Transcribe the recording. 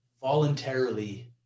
voluntarily